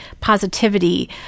positivity